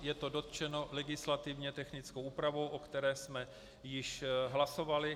Je to dotčeno legislativně technickou úpravou, o které jsme již hlasovali.